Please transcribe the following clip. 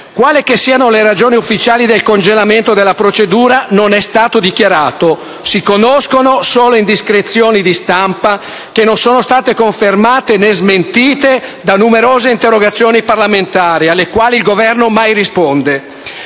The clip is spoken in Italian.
Quale che siano le ragioni ufficiali del congelamento della procedura non è stato dichiarato. Si conoscono solo indiscrezioni di stampa che non sono state confermate né smentite da numerose interrogazioni parlamentari, alle quali il Governo mai risponde.